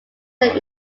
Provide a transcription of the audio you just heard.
them